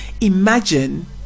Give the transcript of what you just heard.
Imagine